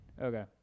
Okay